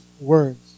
words